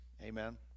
amen